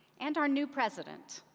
and our new president,